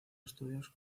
estudios